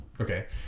Okay